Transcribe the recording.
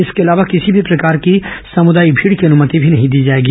इसके ै अलावा किसी प्रकार की सामुदायिक भीड़ की अनुमति भी नहीं दी जाएगी